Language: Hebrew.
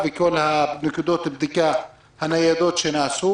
כוונתי לתחנות הבדיקה הניידות שהוקמו,